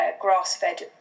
grass-fed